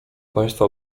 państwa